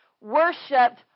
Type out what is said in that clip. worshipped